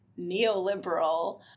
neoliberal